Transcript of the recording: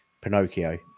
Pinocchio